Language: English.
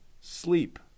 sleep